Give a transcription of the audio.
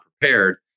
prepared